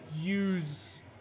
use